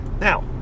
Now